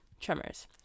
tremors